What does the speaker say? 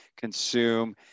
consume